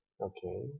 okay